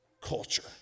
culture